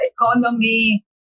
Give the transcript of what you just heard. economy